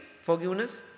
Forgiveness